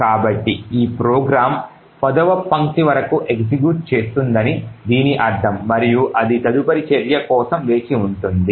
కాబట్టి ప్రోగ్రామ్ 10 వ పంక్తి వరకు ఎగ్జిక్యూట్ చేస్తుందని దీని అర్ధం మరియు అది తదుపరి చర్య కోసం వేచి ఉంటుంది